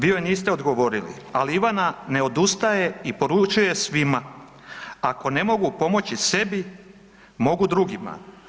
Vi joj niste odgovorili, ali Ivana ne odustaje i poručuje svima ako ne mogu pomoći sebi, mogu drugima.